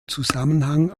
zusammenhang